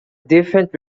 different